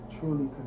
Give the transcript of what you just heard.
truly